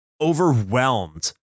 Overwhelmed